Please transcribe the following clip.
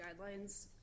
guidelines